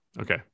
Okay